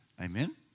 Amen